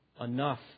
enough